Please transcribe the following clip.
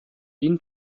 been